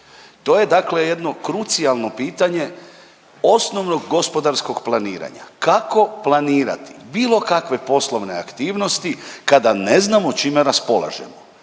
dakle jedno krucijalno pitanje osnovnog gospodarskog planiranja. Kako planirati bilo kakve poslovne aktivnosti kada ne znamo čime raspolažemo?